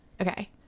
Okay